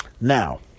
Now